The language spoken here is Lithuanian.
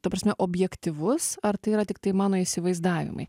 ta prasme objektyvus ar tai yra tiktai mano įsivaizdavimai